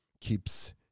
keeps